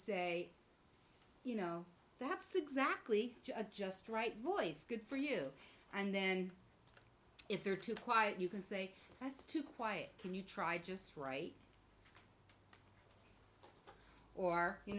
say you know that's exactly just right voice good for you and then if they're too quiet you can say that's too quiet can you try just right or you